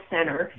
Center